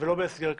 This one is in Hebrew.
ולא בסגר כללי.